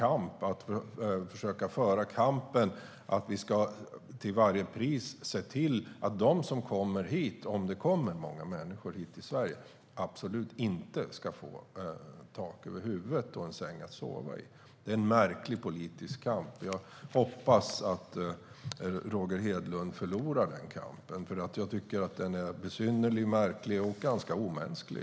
Att till varje pris, om det kommer många människor till Sverige, se till att de absolut inte får tak över huvudet och en säng att sova i är en märklig politisk kamp. Jag hoppas att Roger Hedlund förlorar den kampen, för den är besynnerlig och ganska omänsklig.